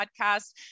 Podcast